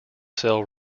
cell